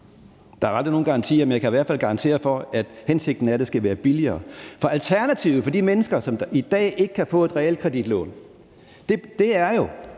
Der er aldrig nogen garantier, men jeg kan i hvert fald garantere for, at hensigten er, at det skal være billigere. For alternativet for de mennesker, som i dag ikke kan få et realkreditlån, er jo,